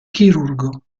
chirurgo